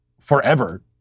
forever